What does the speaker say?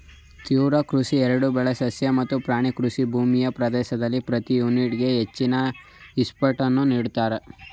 ತೀವ್ರ ಕೃಷಿ ಎರಡೂ ಬೆಳೆ ಸಸ್ಯ ಮತ್ತು ಪ್ರಾಣಿ ಕೃಷಿ ಭೂಮಿಯ ಪ್ರದೇಶದ ಪ್ರತಿ ಯೂನಿಟ್ಗೆ ಹೆಚ್ಚಿನ ಇನ್ಪುಟನ್ನು ನೀಡ್ತದೆ